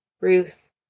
Ruth